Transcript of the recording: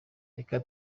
reka